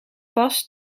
pas